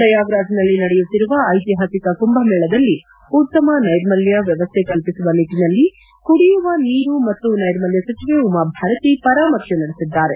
ಪ್ರಯಾಗ್ ರಾಜ್ನಲ್ಲಿ ನಡೆಯುತ್ತಿರುವ ಐತಿಹಾಸಿಕ ಕುಂಭ ಮೇಳದಲ್ಲಿ ಉತ್ತಮ ನೈರ್ಮಲ್ಯ ವ್ಯವಸ್ಥೆ ಕಲ್ಪಿಸುವ ನಿಟ್ಟಿನಲ್ಲಿ ಕುಡಿಯುವ ನೀರು ಮತ್ತು ನೈರ್ಮಲ್ಯ ಸಚಿವೆ ಉಮಾ ಭಾರತಿ ಪರಾಮರ್ಶೆ ನಡೆಸಿದ್ದಾರೆ